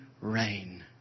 rain